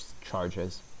charges